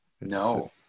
No